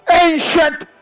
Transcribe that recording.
ancient